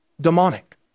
demonic